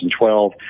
2012